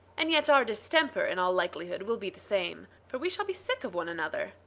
and yet our distemper in all likelihood will be the same for we shall be sick of one another.